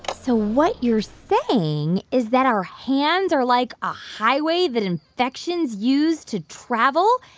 so what you're saying is that our hands are like a highway that infections use to travel,